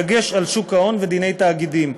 בדגש על שוק ההון ודיני תאגידים.